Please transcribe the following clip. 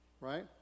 Right